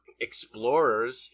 explorers